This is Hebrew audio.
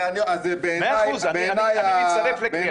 אני מצטרף לקריאה שלך.